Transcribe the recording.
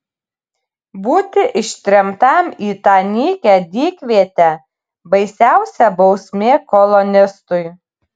būti ištremtam į tą nykią dykvietę baisiausia bausmė kolonistui